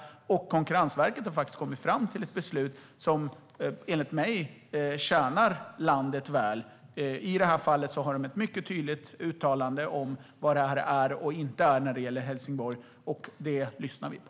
Konkurrensverket har kommit fram till ett beslut som enligt mig tjänar landet väl. I det här fallet har de gjort ett mycket tydligt uttalande om vad det här är eller inte är när det gäller Helsingborg. Det lyssnar vi på.